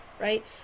right